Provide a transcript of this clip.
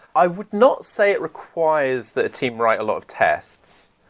i would not say it requires that a team write a lot of tests.